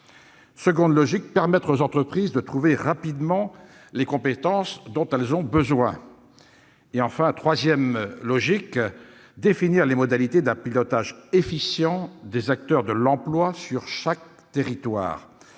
employabilité ; permettre aux entreprises de trouver rapidement les compétences dont elles ont besoin ; définir les modalités d'un pilotage efficient des acteurs de l'emploi sur chaque territoire.